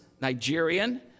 Nigerian